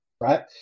right